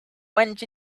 went